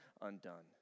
undone